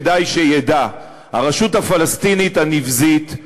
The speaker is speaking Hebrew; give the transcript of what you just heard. כדאי שידע: הרשות הפלסטינית הנבזית,